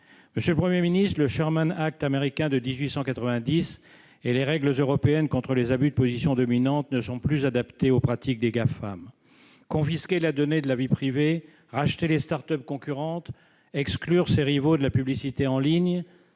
Monsieur le Premier ministre, le Sherman Act américain de 1890 et les règles européennes contre les abus de position dominante ne sont plus adaptés aux pratiques des Gafam - Google, Apple, Facebook, Amazon et Microsoft. Confisquer les données de la vie privée, racheter les start-up concurrentes, exclure ses rivaux de la publicité en ligne,